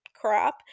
crap